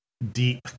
deep